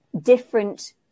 different